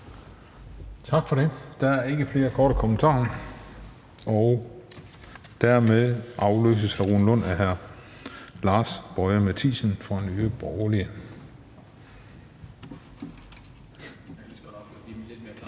Tak for det. Der er ikke flere korte bemærkninger. Og dermed afløses hr. Rune Lund af hr. Lars Boje Mathiesen fra Nye Borgerlige.